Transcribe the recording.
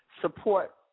support